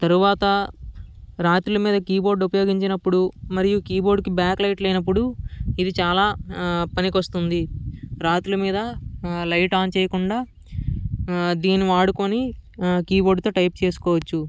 తరువాత రాత్రిళ్ళు మీరు కీబోర్డు ఉపయోగించినప్పుడు మరియు కీ బోర్డుకి బ్యాక్ లైట్ లేనప్పుడు ఇది చాల పనికి వస్తుంది రాత్రిళ్ళు మీరు లైట్ ఆన్ చేయకుండా దీనిని వాడుకొని కీబోర్డుతో టైపు చేసుకోవచ్చు